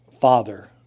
Father